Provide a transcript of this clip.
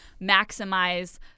maximize